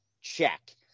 Check